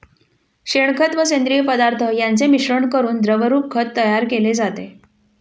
शेणखत व सेंद्रिय पदार्थ यांचे मिश्रण करून द्रवरूप खत तयार केले जाते